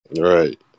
Right